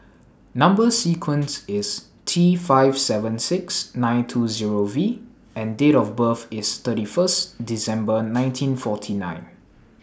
Number sequence IS T five seven six nine two Zero V and Date of birth IS thirty First December nineteen forty nine